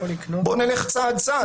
בואו נלך צעד צעד,